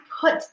put